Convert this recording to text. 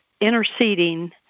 interceding